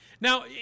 Now